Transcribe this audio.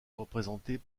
représentés